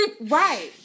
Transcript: right